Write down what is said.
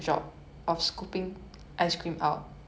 mmhmm